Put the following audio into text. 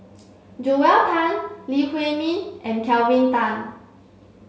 Joel Tan Lee Huei Min and Kelvin Tan